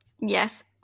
Yes